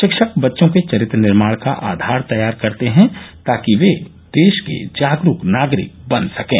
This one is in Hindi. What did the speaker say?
शिक्षक बच्चों के चरित्र निर्माण का आधार तैयार करते हैं ताकि वे देश के जागरूक नागरिक बन सकें